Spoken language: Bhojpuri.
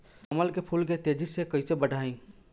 कमल के फूल के तेजी से कइसे बढ़ाई?